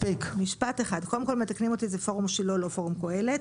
משפט אחד: קודם כל מתקנים אותי זה לא פורום קהלת,